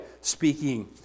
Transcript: speaking